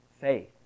faith